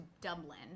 Dublin